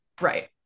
Right